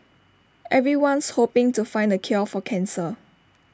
everyone's hoping to find the cure for cancer